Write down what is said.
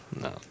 no